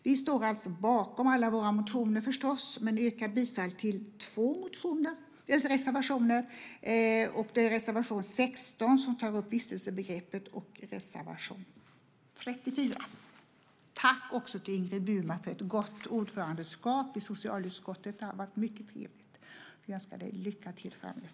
Vi står alltså bakom alla våra motioner förstås men yrkar bifall till två reservationer. Det är reservation 16, som tar upp vistelsebegreppet, och reservation 34. Tack också, Ingrid Burman, för ett gott ordförandeskap i socialutskottet. Det har varit mycket trevligt. Vi önskar dig lycka till framöver.